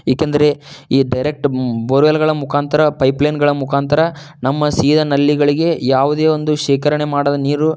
ಏಕೆಂದರೆ ಈ ಡೈರೆಕ್ಟ್ ಬೋರ್ವೆಲ್ಗಳ ಮುಖಾಂತರ ಪೈಪ್ಲೈನ್ಗಳ ಮುಖಾಂತರ ನಮ್ಮ ಸೀದ ನಲ್ಲಿಗಳಿಗೆ ಯಾವುದೇ ಒಂದು ಶೇಖರಣೆ ಮಾಡದ ನೀರು